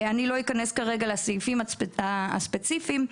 לא אכנס לסעיפים ספציפיים,